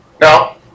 Now